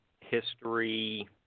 history